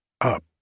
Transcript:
up